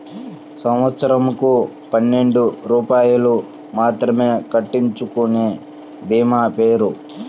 సంవత్సరంకు పన్నెండు రూపాయలు మాత్రమే కట్టించుకొనే భీమా పేరు?